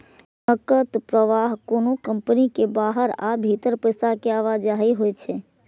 नकद प्रवाह कोनो कंपनी के बाहर आ भीतर पैसा के आवाजही होइ छै